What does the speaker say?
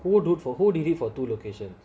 who do for who did it for two location